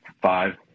five